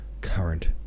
current